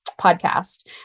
podcast